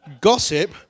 Gossip